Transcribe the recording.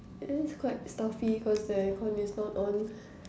it is quite stuffy cause the air-con is not on